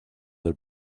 del